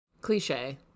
Cliche